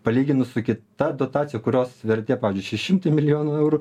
palyginus su kita dotacija kurios vertė pavyzdžiui šeši šimtai milijonų eurų